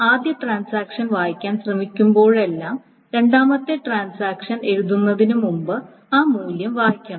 ആദ്യ ട്രാൻസാക്ഷൻ വായിക്കാൻ ശ്രമിക്കുമ്പോഴെല്ലാം രണ്ടാമത്തെ ട്രാൻസാക്ഷൻ എഴുതുന്നതിനുമുമ്പ് ആ മൂല്യം വായിക്കണം